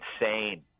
insane